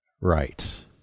right